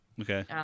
Okay